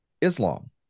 Islam